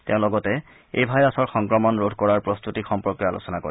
তেওঁ লগতে এই ভাইৰাছৰ সংক্ৰমণ ৰোধ কৰাৰ প্ৰস্তুতি সম্পৰ্কে আলোচনা কৰে